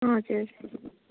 हजुर